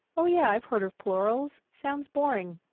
oh yeah, i've heard of plurals. sounds boring.